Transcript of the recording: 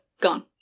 gone